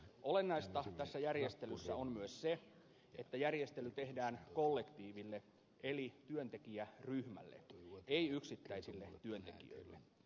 olennaista tässä järjestelyssä on myös se että järjestely tehdään kollektiiville eli työntekijäryhmälle ei yksittäisille työntekijöille